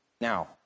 Now